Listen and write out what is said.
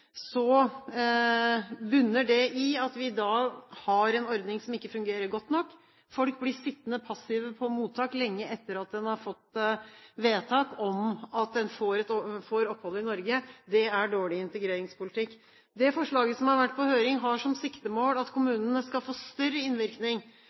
bunner det i at vi i dag har en ordning som ikke fungerer godt nok. Folk blir sittende passive på mottak lenge etter at de har fått vedtak om at de får opphold i Norge. Det er dårlig integreringspolitikk. Det forslaget som har vært på høring, har som siktemål at